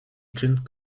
agent